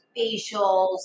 facials